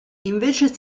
invece